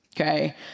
Okay